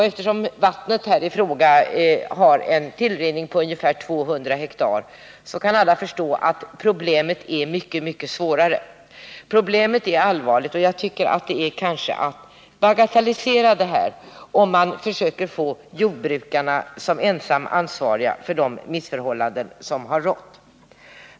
Eftersom vattnets tillrinningsområde är ungefär 200 hektar kan alla förstå att problemet är svårare än vad Bengt Silfverstrand och reservanterna vill göra det. Jag tycker att det är att bagatellisera problemet, om man försöker göra jordbrukarna ensamma ansvariga för de missförhållanden som har rått.